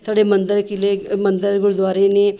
ਸਾਡੇ ਮੰਦਰ ਕਿਲ੍ਹੇ ਮੰਦਰ ਗੁਰਦੁਆਰੇ ਨੇ